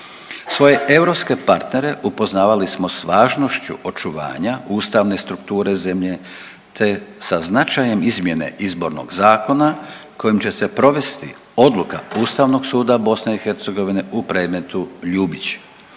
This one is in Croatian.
Svoje europske partnere upoznavali smo s važnošću očuvanja ustavne strukture zemlje te sa značajem izmjene izbornog zakona kojim će se provesti odluka Ustavnog suda BiH u predmetu Ljubić.